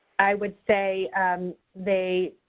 i would say they